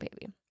baby